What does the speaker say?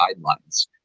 guidelines